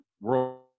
world